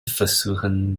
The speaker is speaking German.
versuchen